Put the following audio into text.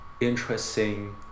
interesting